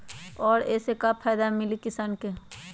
और ये से का फायदा मिली किसान के?